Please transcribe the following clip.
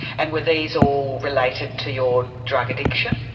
and were these all related to your drug addiction?